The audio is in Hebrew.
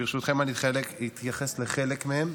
ברשותכם, אני אתייחס לחלק מהם.